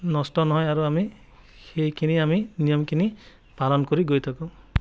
নষ্ট নহয় আৰু আমি সেইখিনি আমি নিয়মখিনি পালন কৰি গৈ থাকোঁ